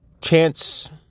chance